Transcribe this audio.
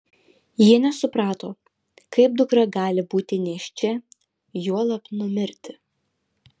jie nesuprato kaip dukra gali būti nėščia juolab numirti